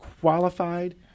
qualified